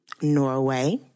Norway